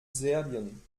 serbien